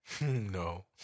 no